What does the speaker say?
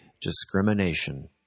discrimination